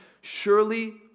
surely